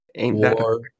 War